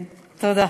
תודה.